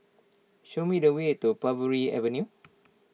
show me the way to Parbury Avenue